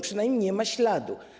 Przynajmniej nie ma śladu.